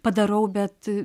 padarau bet